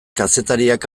kazetariak